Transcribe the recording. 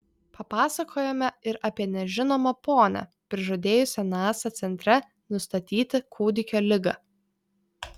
papasakojome ir apie nežinomą ponią prižadėjusią nasa centre nustatyti kūdikio ligą